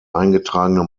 eingetragene